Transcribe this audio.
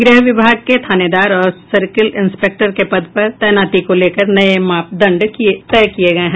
गृह विभाग ने थानेदार और सर्किल इंस्पेक्टर के पद पर तैनाती को लेकर नये मापदंड तय किये हैं